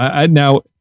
Now